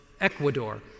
Ecuador